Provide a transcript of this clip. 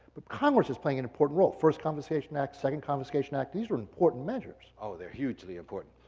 but congress is playing an important role. first confiscation act, second confiscation act, these are important measures. oh, they're hugely important,